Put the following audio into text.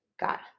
got